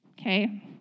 Okay